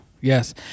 Yes